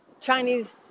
Chinese